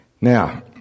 Now